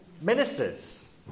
ministers